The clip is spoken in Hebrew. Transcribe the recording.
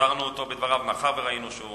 קיצרנו אותו בדבריו מאחר שראינו שהוא